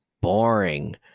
boring